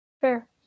Fair